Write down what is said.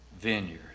vineyard